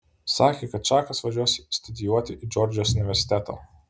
sakė kad čakas važiuos studijuoti į džordžijos universitetą